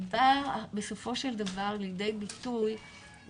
באה בסופו של דבר בשני קצוות.